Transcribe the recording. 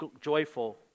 joyful